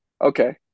Okay